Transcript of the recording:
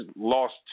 lost